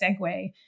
segue